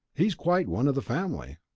he's quite one of the family.